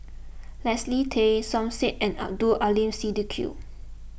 Leslie Tay Som Said and Abdul Aleem Siddique